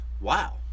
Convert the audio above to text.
wow